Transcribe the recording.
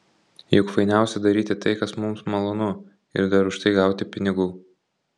juk fainiausia daryti tai kas mums malonu ir dar už tai gauti pinigų